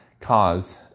cause